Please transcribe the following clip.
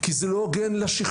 כי זה לא הוגן לשכבה,